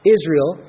Israel